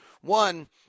One